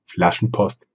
Flaschenpost